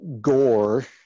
Gore